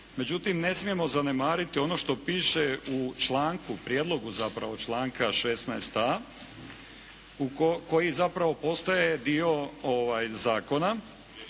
Međutim ne smijemo zanemariti ono što piše u članku, prijedlogu zapravo članka 16.a u, koji zapravo postaje dio zakona